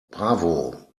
bravo